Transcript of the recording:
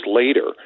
later